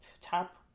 top